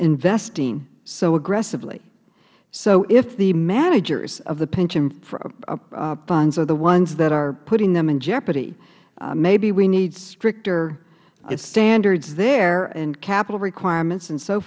investing so aggressively so if the managers of the pension funds are the ones that are putting them in jeopardy maybe we need stricter standards there and capital requirements and so